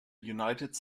united